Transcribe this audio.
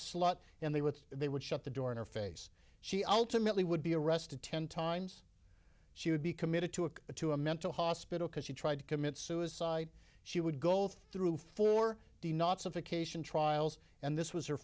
slot and they would they would shut the door in her face she ultimately would be arrested ten times she would be committed to a to a mental hospital because she tried to commit suicide she would go through for the not sophistication trials and this was her